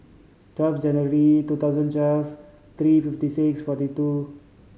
twelve January two thousand twelve three fifty six forty two